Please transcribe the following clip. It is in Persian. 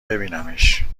ببینمش